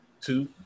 Two